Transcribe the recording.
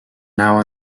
now